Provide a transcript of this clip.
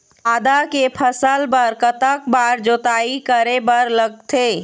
आदा के फसल बर कतक बार जोताई करे बर लगथे?